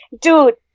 Dude